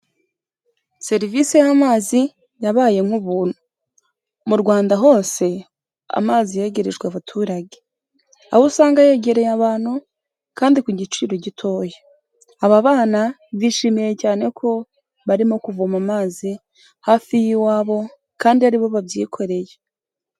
Serivise y'amazi yabaye nk'ubuntu. Mu Rwanda hose, amazi yegerejwe abaturage. Aho usanga yegereye abantu, kandi ku giciro gitoya. Aba bana bishimiye cyane ko barimo kuvoma amazi hafi y'iwabo, kandi aribo babyikoreye.